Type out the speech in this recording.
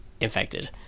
infected